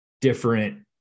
different